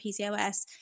PCOS